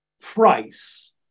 price